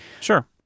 Sure